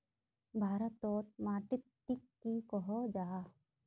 भारत तोत माटित टिक की कोहो जाहा?